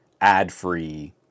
ad-free